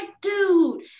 dude